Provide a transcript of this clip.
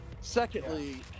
Secondly